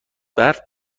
برف